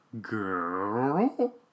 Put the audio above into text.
girl